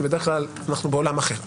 כי בדרך כלל אנחנו בעולם אחר.